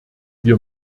wir